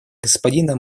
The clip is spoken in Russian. господина